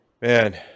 Man